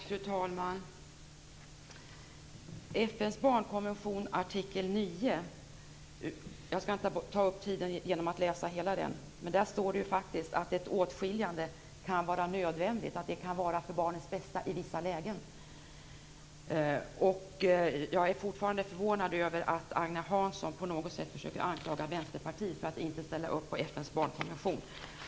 Fru talman! Jag skall inte ta upp tiden med att läsa hela artikel 9 i FN:s barnkonvention. Men där står det faktiskt att ett åtskiljande kan vara nödvändigt, att det kan vara till barnets bästa i vissa lägen. Jag är fortfarande förvånad över att Agne Hansson på något sätt försöker anklaga Vänsterpartiet för att inte ställa upp på FN:s barnkonvention.